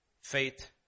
faith